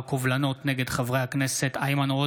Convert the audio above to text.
המחסור הצפוי בחומרי הגלם לבנייה,